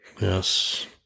Yes